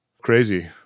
crazy